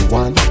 one